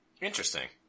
interesting